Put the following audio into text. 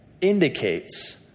indicates